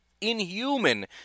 inhuman